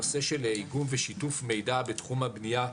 הנושא של איגום ושיתוף מידע בתחום הבנייה,